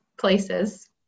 places